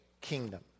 kingdom